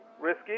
Risky